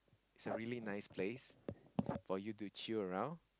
it's a really nice place for you to chill around